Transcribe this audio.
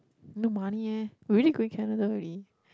no money eh we already going Canada already